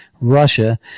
Russia